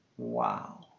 Wow